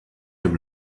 dem